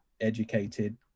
educated